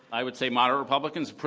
i would say, moderate republicans,